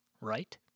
Right